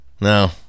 no